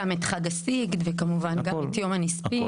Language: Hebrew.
גם את חג הסיגד וכמובן גם את יום הנספים.